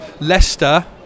Leicester